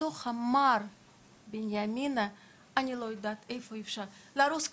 אז בתוך בנימינה אני לא יודעת איזה חלופות ואיפה אפשר לחפש אותן,